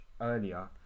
earlier